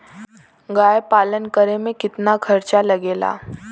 गाय पालन करे में कितना खर्चा लगेला?